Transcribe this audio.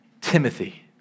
Timothy